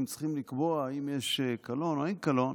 צריכים לקבוע אם יש קלון או אין קלון,